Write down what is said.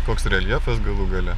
koks reljefas galų gale